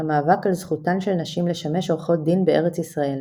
'המאבק על זכותן של נשים לשמש עורכות דין בארץ ישראל",